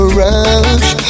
rush